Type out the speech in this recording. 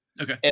okay